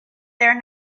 there